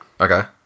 Okay